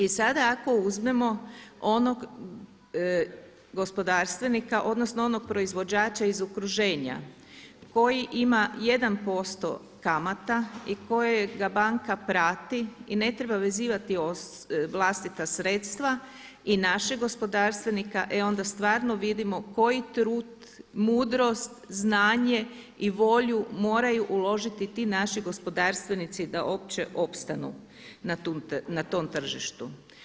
I sada ako uzmemo onog gospodarstvenika odnosno onog proizvođača iz okruženja koji ima 1% kamata i kojega banka prati i ne treba vezivati vlastita sredstva i našeg gospodarstvenika, e onda stvarno vidimo koji trud, mudrost, znanje i volju moraju uložiti ti naši gospodarstvenici da uopće opstanu na tom tržištu.